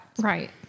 Right